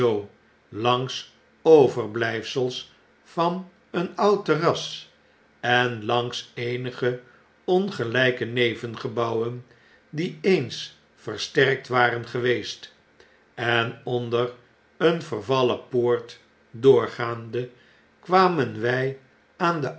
langs overblyfsels van een oud terras en langs eenige ongelyke nevengebouwen die eens versterkt waren geweest en onder een yervallen poort doorgaande kwamen wij aan de